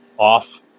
Off